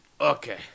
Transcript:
okay